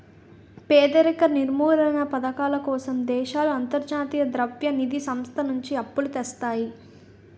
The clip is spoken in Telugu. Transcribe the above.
పేదరిక నిర్మూలనా పధకాల కోసం దేశాలు అంతర్జాతీయ ద్రవ్య నిధి సంస్థ నుంచి అప్పులు తెస్తాయి